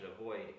avoid